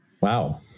Wow